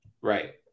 right